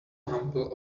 humble